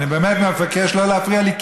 אני באמת מבקש שלא להפריע לי,